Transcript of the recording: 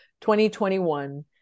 2021